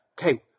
Okay